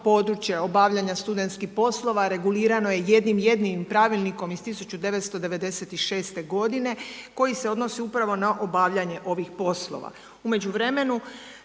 područje obavljanja studentskih poslova regulirano je jednim jedinim pravilnikom iz 1996. godine koji se odnosi upravo na obavljanje ovih poslova. U međuvremenu